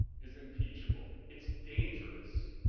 is impeachable. it's dangerous.